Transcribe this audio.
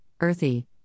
earthy